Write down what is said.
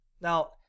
Now